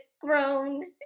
grown